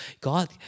God